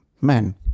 Men